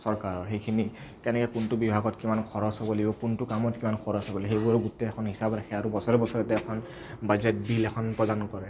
চৰকাৰৰ সেইখিনি কেনেকে কোনটো বিভাগত কিমান খৰচ হ'ব লাগিব কোনটো কামত কিমান খৰচ হ'ব লাগিব সেইবোৰো গোটেইখন হিচাপ ৰাখে আৰু বছৰে বছৰে তেওঁ এখন বাজেট বিল এখন প্ৰদান কৰে